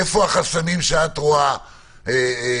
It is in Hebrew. איפה החסמים שאת רואה בדוח?